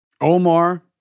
Omar